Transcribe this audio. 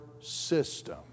system